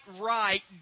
right